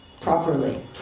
properly